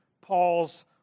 Paul's